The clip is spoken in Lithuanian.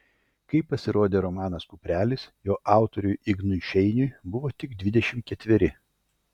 kai pasirodė romanas kuprelis jo autoriui ignui šeiniui buvo tik dvidešimt ketveri